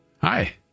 Hi